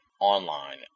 online